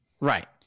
right